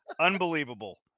Unbelievable